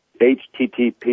HTTP